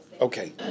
Okay